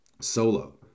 solo